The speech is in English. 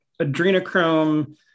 adrenochrome